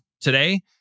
today